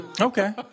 Okay